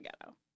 Ghetto